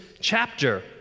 chapter